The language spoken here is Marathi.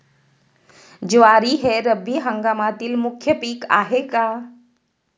ज्वारी हे रब्बी हंगामातील मुख्य पीक आहे का?